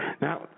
Now